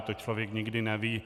To člověk nikdy neví.